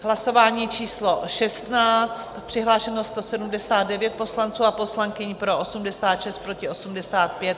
Hlasování číslo 16, přihlášeno 179 poslanců a poslankyň, pro 86, proti 85.